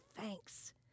thanks